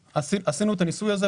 עשינו את הניסוי הזה.